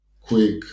quick